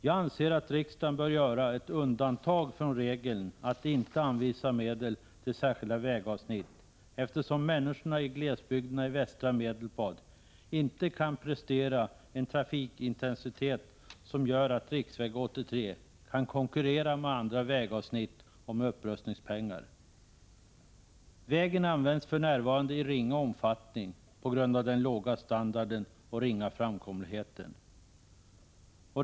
Jag anser att riksdagen bör göra ett undantag från regeln att inte anvisa medel till särskilda vägavsnitt, eftersom människorna i glesbygderna i västra Medelpad inte kan prestera en trafikintensitet som gör att riksväg 83 kan konkurrera med andra vägavsnitt om upprustningspengar. Vägen används för närvarande i ringa omfattning på grund av den låga standarden och ringa framkomligheten.